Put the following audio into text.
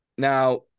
Now